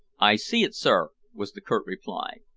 i see it, sir, was the curt reply.